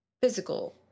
physical